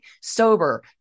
sober